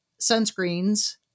sunscreens